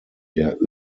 der